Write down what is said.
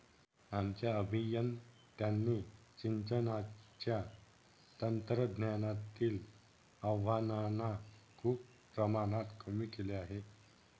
आमच्या अभियंत्यांनी सिंचनाच्या तंत्रज्ञानातील आव्हानांना खूप प्रमाणात कमी केले आहे